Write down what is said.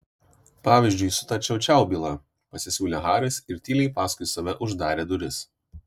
pavyzdžiui su ta čiau čiau byla pasisiūlė haris ir tyliai paskui save uždarė duris